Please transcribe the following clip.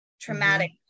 traumatic